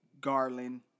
Garland